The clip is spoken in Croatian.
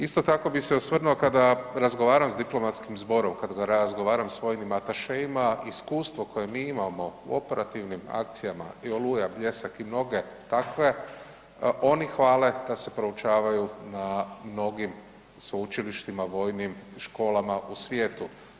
Isto tako bi se osvrnuo kada razgovaram s diplomatskim zborom, kada razgovaram s svojim atašeima, iskustvo koje mi imamo u operativnim akcijama i Oluja, Bljesak i mnoge takve oni hvale da se proučavaju na mnogim sveučilištima vojnim školama u svijetu.